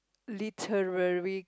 literary